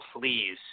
Please